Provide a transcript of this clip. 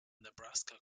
nebraska